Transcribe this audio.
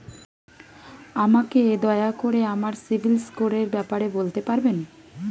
আমাকে দয়া করে আমার সিবিল স্কোরের ব্যাপারে বলতে পারবেন?